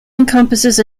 encompasses